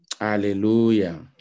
Hallelujah